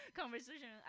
conversation